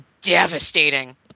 devastating